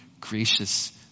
gracious